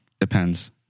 Depends